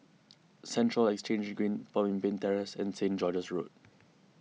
Central Exchange Green Pemimpin Terrace and Saint George's Road